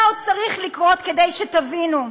מה עוד צריך לקרות כדי שתבינו?